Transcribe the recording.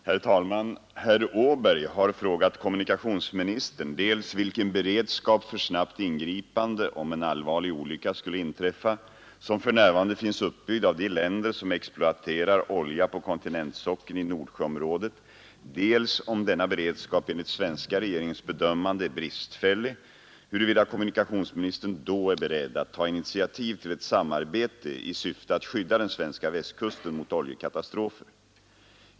Herr talman! Herr Åberg har frågat kommunikationsministern dels vilken beredskap för snabbt ingripande om en allvarlig olycka skulle inträffa — som för närvarande finns uppbyggd av de länder som exploaterar olja på kontinentalsockeln i Nordsjöområdet, dels, om denna beredskap enligt svenska regeringens bedömande är bristfällig, huruvida kommunikationsministern då är beredd att ta initiativ till ett samarbete i syfte att skydda den svenska västkusten mot oljekatastrofer.